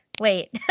wait